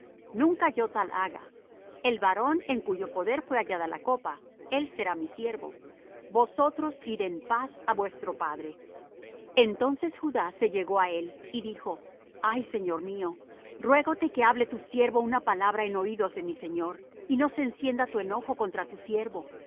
nunca yo tal haga el varón en cuyo poder fué hallada la copa él será mi siervo vosotros id en paz á vuestro padre entonces judá se llegó á él y dijo ay señor mío ruégote que hable tu siervo una palabra en oídos de mi señor y no se encienda tu enojo contra tu siervo